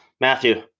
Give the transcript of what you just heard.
Matthew